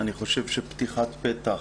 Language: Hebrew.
אני חושב שפתיחת פתח